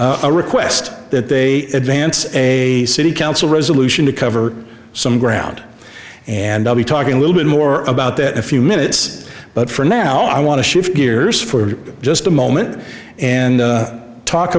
a request that they advance a city council resolution to cover some ground and i'll be talking a little bit more about that a few minutes but for now i want to shift gears for just a moment and talk